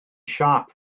siâp